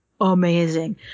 amazing